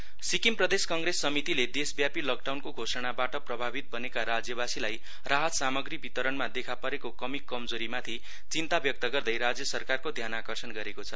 काँग्रेस सिक्किम सिक्किम प्रदेश कंग्रेस समितिले देशव्यापी लकडाउनको घोषणाबाट प्रभावित बनेका राज्यवासीलाई राहत सामग्री वितरणमा देखापरेको कमि कम्जोरीमाथि चिन्ता व्यक्त गर्दै राज्य सरकारको ध्यानाकर्षण गरेको छ